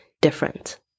different